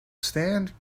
stand